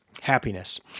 happiness